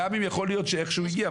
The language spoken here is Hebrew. גם שיכול להיות שהוא הגיע,